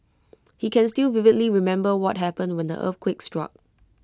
he can still vividly remember what happened when the earthquake struck